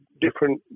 different